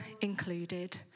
included